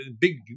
big